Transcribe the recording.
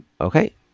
Okay